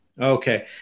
Okay